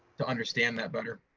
to understand that better.